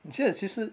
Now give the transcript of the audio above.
你记得其实